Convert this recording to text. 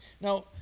Now